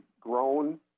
grown